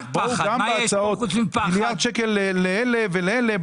גם בהוצאות יש הבדל בין אלה לאלה.